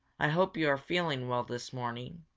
i hope you are feeling well this morning,